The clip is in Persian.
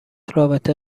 رابطه